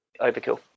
overkill